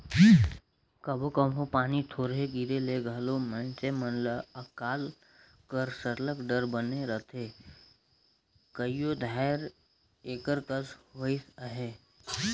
कभों कभों पानी थोरहें गिरे ले घलो मइनसे मन ल अकाल कर सरलग डर बने रहथे कइयो धाएर एकर कस होइस अहे